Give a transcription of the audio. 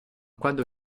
quando